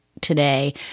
today